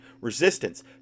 resistance